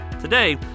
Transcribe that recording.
Today